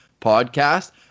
podcast